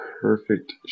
perfect